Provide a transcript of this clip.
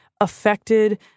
affected